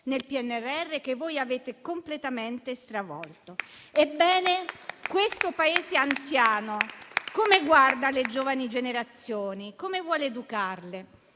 nel PNRR, che voi avete completamente stravolto. Ebbene, questo Paese anziano come guarda alle giovani generazioni? Come vuole educarle?